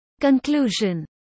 Conclusion